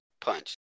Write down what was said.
punch